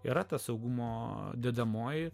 yra ta saugumo dedamoji